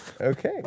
Okay